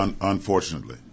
Unfortunately